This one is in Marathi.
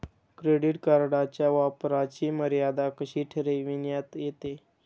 क्रेडिट कार्डच्या वापराची मर्यादा कशी ठरविण्यात येते?